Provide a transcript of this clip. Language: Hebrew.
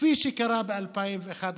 כפי שקרה ב-2011,